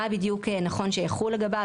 מה בדיוק נכון שיחול לגביו?